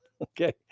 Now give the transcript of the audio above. okay